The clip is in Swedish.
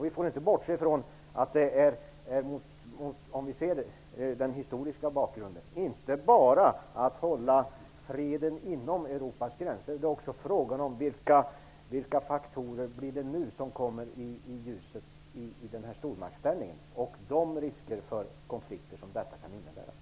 Vi får inte bortse från att det, om vi ser den historiska bakgrunden, inte bara är frågan om att hålla fred inom Europas gränser utan också om vilka faktorer som kommer i ljuset i och med stormaktsställningen och om de risker för konflikter som detta kan innebära.